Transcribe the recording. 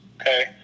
Okay